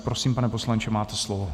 Prosím, pane poslanče, máte slovo.